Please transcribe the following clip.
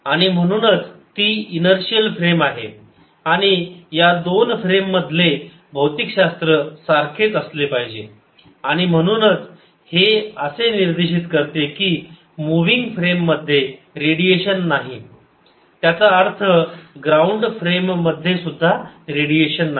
आणि म्हणूनच ती इनर्शिअल फ्रेम आहे आणि या दोन फ्रेम मधले भौतिकशास्त्र सारखेच असले पाहिजे आणि म्हणूनच हे असे निर्देशित करते कि मूव्हिंग फ्रेममध्ये रेडिएशन नाही त्याचा अर्थ ग्राउंड फ्रेम मध्ये सुद्धा रेडिएशन नाही